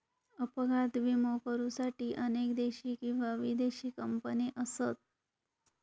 अपघात विमो करुसाठी अनेक देशी किंवा विदेशी कंपने असत